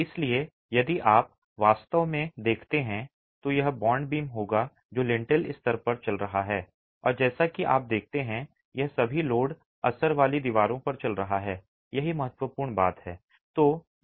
इसलिए यदि आप वास्तव में देखते हैं तो यह बॉन्ड बीम होगा जो लिंटेल स्तर पर चल रहा है और जैसा कि आप देखते हैं यह सभी लोड असर वाली दीवारों पर चल रहा है यही महत्वपूर्ण बात है